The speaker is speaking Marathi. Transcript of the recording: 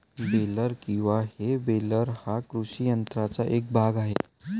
बेलर किंवा हे बेलर हा कृषी यंत्राचा एक भाग आहे